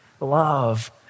love